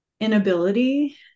inability